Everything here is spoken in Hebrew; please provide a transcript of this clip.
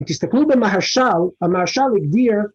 תסתכלו במחשב, המחשב הגדיר